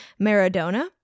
Maradona